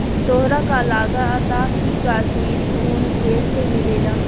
तोहरा का लागऽता की काश्मीरी उन भेड़ से मिलेला